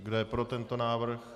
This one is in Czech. Kdo je pro tento návrh?